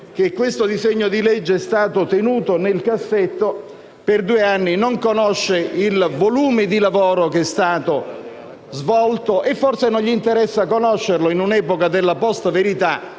che questo disegno di legge è stato tenuto nel cassetto per due anni, non conosce il volume di lavoro che è stato svolto e forse non gli interessa conoscerlo, in un'epoca della *post*-verità,